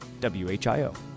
WHIO